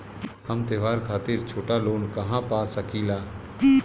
हम त्योहार खातिर छोटा लोन कहा पा सकिला?